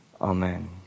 Amen